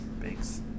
Thanks